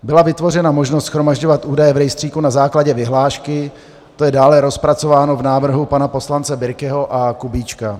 Byla vytvořena možnost shromažďovat údaje v rejstříku na základě vyhlášky, to je dále rozpracováno v návrhu pana poslance Birkeho a Kubíčka.